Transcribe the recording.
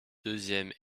deuxième